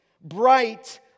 bright